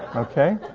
okay?